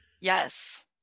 Yes